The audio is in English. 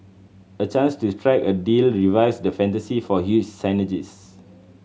a chance to strike a deal revives the fantasy for huge synergies